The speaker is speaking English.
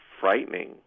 frightening